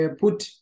put